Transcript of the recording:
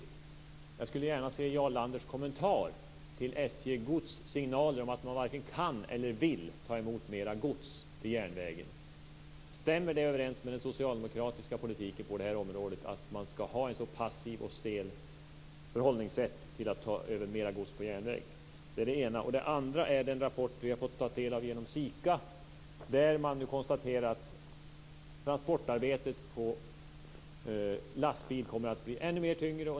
Den första är att jag skulle vilja få Jarl Landers kommentar till SJ Gods signaler om att man varken kan eller vill ta emot mera gods vid järnvägen. Stämmer det överens med den socialdemokratiska politiken på det här området att ha ett så passivt och stelt sätt att förhålla sig till överförande av mer gods till järnväg? Den andra frågan gäller den rapport som vi har fått från SIKA och där man konstaterar att transportarbetet på lastbil kommer att bli ännu tyngre.